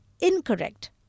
incorrect